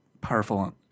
powerful